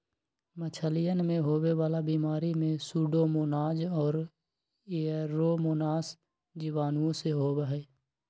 मछलियन में होवे वाला बीमारी में सूडोमोनाज और एयरोमोनास जीवाणुओं से होबा हई